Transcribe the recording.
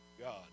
God